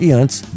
antes